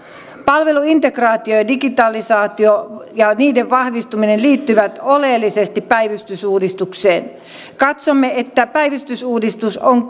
palveluintegraatio ja digitalisaatio ja niiden vahvistuminen liittyvät oleellisesti päivystysuudistukseen katsomme että päivystysuudistus on